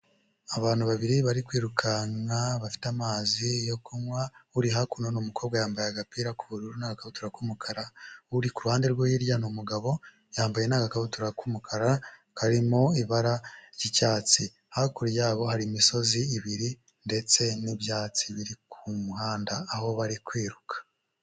Abantu babiri bari kwirukanka bafite amazi yo kunywa, uri hakuno n'umukobwa yambaye agapira n'agakabutura k'umukara, uri ku ruhande rwo hirya n'umugabo yambaye n'agakabutura k'umukara karimo ibara ry'icyatsi, hakurya yabo hari imisozi ibiri ndetse n'ibyatsi biri ku muhanda aho bari kwiruka.